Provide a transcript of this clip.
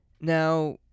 Now